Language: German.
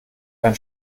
ein